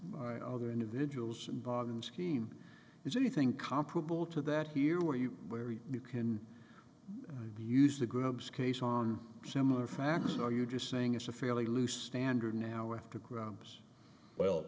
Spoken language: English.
my other individuals and dog and scheme is anything comparable to that here where you where you can use the group's case on similar facts are you just saying it's a fairly loose standard now after gramps well